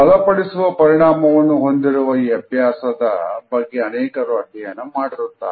ಬಲಪಡಿಸುವ ಪರಿಣಾಮವನ್ನು ಹೊಂದಿರುವ ಈ ಅಭ್ಯಾಸದ ಬಗ್ಗೆ ಅನೇಕರು ಅಧ್ಯಯನ ಮಾಡಿರುತ್ತಾರೆ